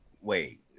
wait